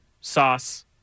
sauce